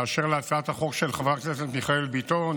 באשר להצעת החוק של חבר הכנסת מיכאל ביטון